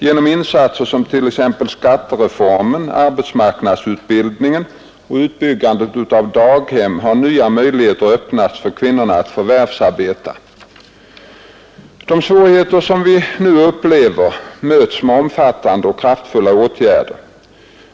Genom insatser som t.ex. skattereformen, arbetsmarknadsutbildningen och utbyggnaden av daghem har nya möjligheter öppnats för kvinnorna att förvärvsarbeta. De svårigheter som vi nu upplever möts med omfattande och kraftfulla åtgärder.